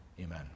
Amen